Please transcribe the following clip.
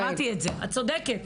שמעתי את זה, את צודקת.